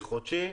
חודשי,